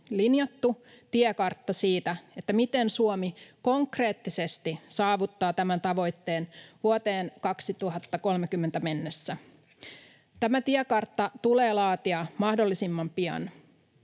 linjattu tiekartta siitä, miten Suomi konkreettisesti saavuttaa tämän tavoitteen vuoteen 2030 mennessä. Tämä tiekartta tulee laatia mahdollisimman pian.